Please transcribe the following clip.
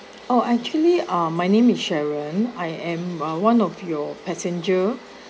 oh actually ah my name is sharon I am uh one of your passenger